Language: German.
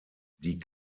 die